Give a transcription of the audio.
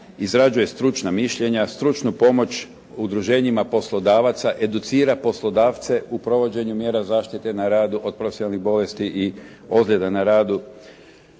izrađuje stručna mišljenja, stručnu pomoć udruženjima poslodavaca, educira poslodavce u provođenju mjera zaštite na radu od profesionalnih bolesti i ozljeda na radu,